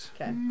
Okay